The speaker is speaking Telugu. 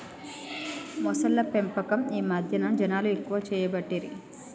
మొసళ్ల పెంపకం ఈ మధ్యన జనాలు ఎక్కువ చేయబట్టిరి